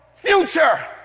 future